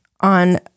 on